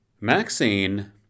Maxine